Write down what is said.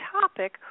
topic